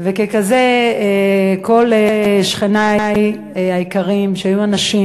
וככזה, ככל שכני היקרים שהיו אנשים